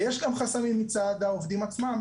ויש גם חסמים מצד העובדים עצמם.